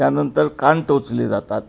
त्यानंतर कान टोचले जातात